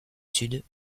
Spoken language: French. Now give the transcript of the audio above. sud